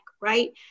right